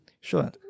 Sure